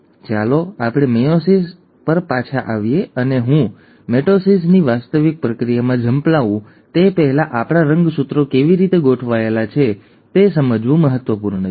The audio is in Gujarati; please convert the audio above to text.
તો ચાલો આપણે મિટોસિસ પર પાછા આવીએ અને હું મિટોસિસની વાસ્તવિક પ્રક્રિયામાં ઝંપલાવું તે પહેલાં આપણા રંગસૂત્રો કેવી રીતે ગોઠવાયેલા છે તે સમજવું ખૂબ જ મહત્વપૂર્ણ છે